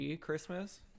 christmas